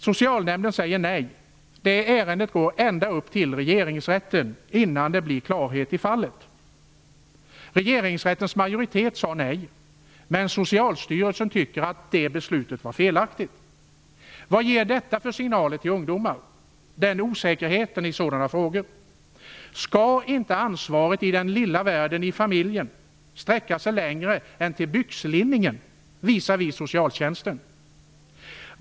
Socialnämnden säger nej, och ärendet går sedan ända upp till Regeringsrätten innan det blir klarhet i fallet. Regeringsrättens majoritet säger nej, men Socialstyrelsen tycker att det beslutet är felaktigt. Vad ger detta, den osäkerheten i sådana frågor, för signaler till ungdomar? Skall inte ansvaret i den lilla världen, i familjen, sträcka sig längre än till byxlinningen visavi socialtjänsten?